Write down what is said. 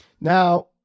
Now